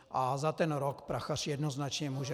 A za ten rok Prachař jednoznačně může.